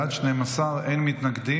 בעד, 12, אין מתנגדים.